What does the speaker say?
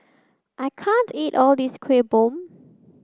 I can't eat all this Kueh Bom